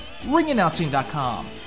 RingAnnouncing.com